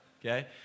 Okay